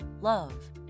love